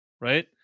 right